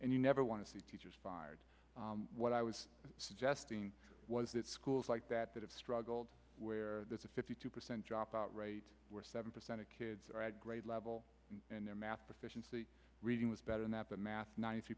and you never want to see teachers fired what i was suggesting was that schools like that that have struggled where there's a fifty two percent dropout rate we're seven percent of kids are at grade level and their math proficiency reading was better and that the math ninety